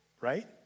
Right